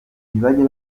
ntibajya